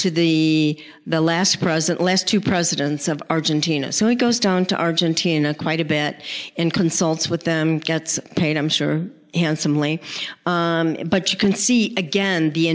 to the last president last two presidents of argentina so he goes down to argentina quite a bit and consults with them gets paid i'm sure handsomely but you can see again the